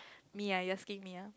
me ah you asking me ah